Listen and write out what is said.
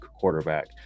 quarterback